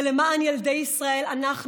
ולמען ילדי ישראל אנחנו,